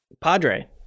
Padre